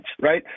right